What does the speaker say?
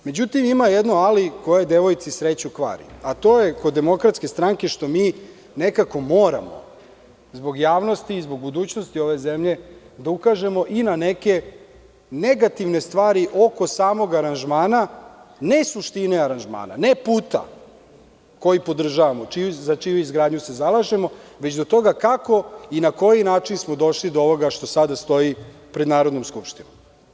Međutim, ima jedno ali koje devojci sreću kvari, a to je kod DS što mi nekako moramo zbog javnosti i zbog budućnosti ove zemlje da ukažemo i na neke negativne stvari oko samog aranžmana, ne suštine aranžmana, ne puta koji podržavamo, za čiju izgradnju se zalažemo, već oko toga kako i na koji način smo došli do ovoga što sada stoji pred Narodnom skupštinom.